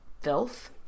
filth